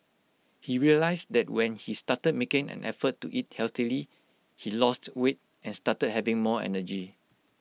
he realised that when he started making an effort to eat healthily he lost weight and started having more energy